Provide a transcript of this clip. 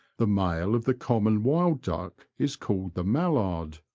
the male of the common wild duck is called the mallard,